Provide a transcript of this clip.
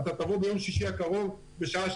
אתה תבוא ביום שיש הקרוב בשעה 12,